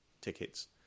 tickets